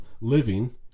living